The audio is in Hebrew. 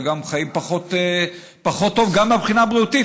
וגם חיים פחות טוב מהבחינה הבריאותית,